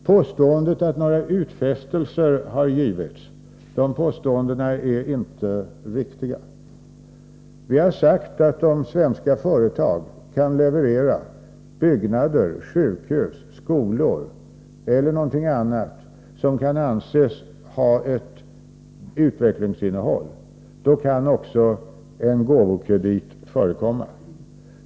Påståendena att utfästelser har gjorts är inte riktiga. Vi har sagt att om svenska företag kan leverera byggnader, sjukhus, skolor eller någonting annat som kan anses ha ett utvecklingsinnehåll, kan också en gåvokredit förekomma.